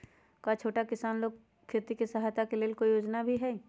का छोटा किसान लोग के खेती सहायता के लेंल कोई योजना भी हई?